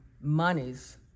monies